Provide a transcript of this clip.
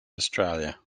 australia